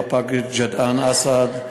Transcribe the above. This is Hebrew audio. רפ"ק ג'דעאן אסעד,